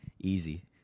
Easy